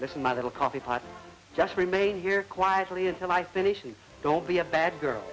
this is my little coffee pot just remain here quietly until i finish and don't be a bad girl